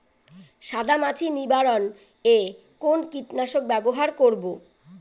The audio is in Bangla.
সাদা মাছি নিবারণ এ কোন কীটনাশক ব্যবহার করব?